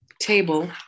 table